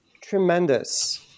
tremendous